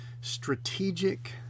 strategic